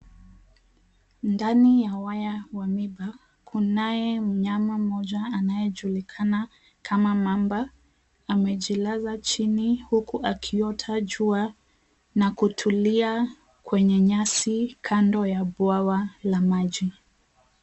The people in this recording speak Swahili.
Ndani ya waya wa miiba kunaye mnyama mmoja anayejulikana kama mamba amejilaza chini huku akiota jua na kutulia kwenye nyasi kando ya bwawa la maji.